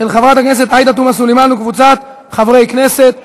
של חברת הכנסת עאידה תומא סלימאן וקבוצת חברי הכנסת.